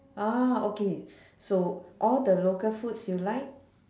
ah okay so all the local foods you like